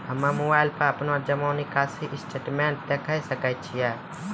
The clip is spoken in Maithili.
हम्मय मोबाइल पर अपनो जमा निकासी स्टेटमेंट देखय सकय छियै?